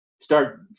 start